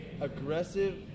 aggressive